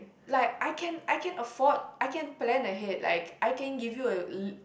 like I can I can afford I can plan ahead like I can give you a